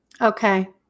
Okay